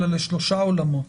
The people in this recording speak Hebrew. אלא לשלושה עולמות.